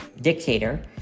dictator